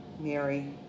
Mary